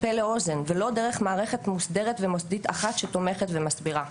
פה לאוזן ולא דרך מערכת מוסדרת ומוסדית אחת שתומכת ומסבירה.